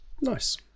Nice